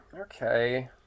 Okay